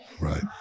Right